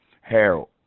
Harold